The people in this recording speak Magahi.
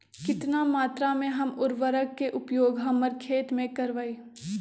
कितना मात्रा में हम उर्वरक के उपयोग हमर खेत में करबई?